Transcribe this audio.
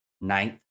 ninth